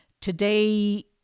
Today